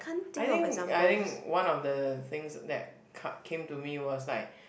I think I think one of the things that come came to me was like